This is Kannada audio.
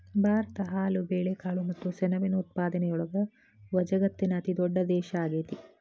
ಭಾರತ ಹಾಲು, ಬೇಳೆಕಾಳು ಮತ್ತ ಸೆಣಬಿನ ಉತ್ಪಾದನೆಯೊಳಗ ವಜಗತ್ತಿನ ಅತಿದೊಡ್ಡ ದೇಶ ಆಗೇತಿ